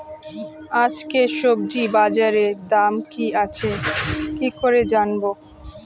আজকে সবজি বাজারে দাম কি আছে কি করে জানবো?